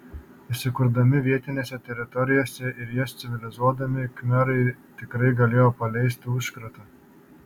įsikurdami vietinėse teritorijose ir jas civilizuodami khmerai tikrai galėjo paleisti užkratą